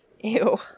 Ew